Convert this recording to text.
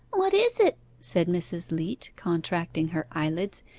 what is it said mrs. leat, contracting her eyelids,